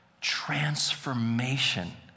Transformation